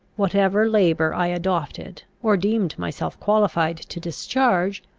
whatever labour i adopted, or deemed myself qualified to discharge,